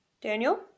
Daniel